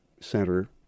Center